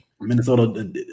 Minnesota